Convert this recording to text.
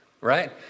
right